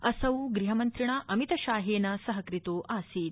असौ गृहमन्त्रिणा अमित शाहेन सहकृतो आसीत्